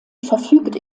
verfügt